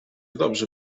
dobrze